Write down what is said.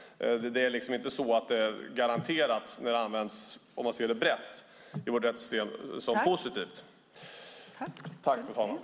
Det är inte garanterat att det används positivt i vårt rättssystem om man ser det brett.